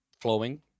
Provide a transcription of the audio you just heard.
flowing